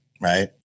Right